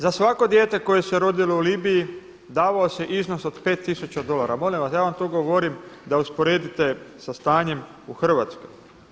Za svako dijete koje se rodilo u Libiji davao se iznos od 5 tisuća dolara, molim vas, ja vam to govorim da usporedite sa stanjem u Hrvatskoj.